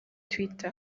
twitter